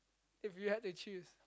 if you had to choose